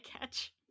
catch